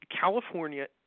California